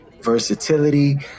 versatility